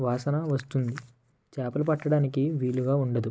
వాసన వస్తుంది చేపలు పట్టడానికి వీలుగా ఉండదు